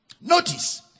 Notice